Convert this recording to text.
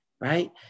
Right